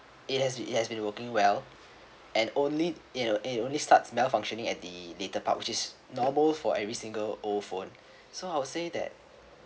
it has it has been working well and only it'll it'll only starts malfunctioning at the later part which is normal for every single old phone so I'll say that